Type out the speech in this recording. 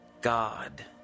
God